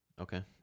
Okay